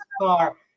car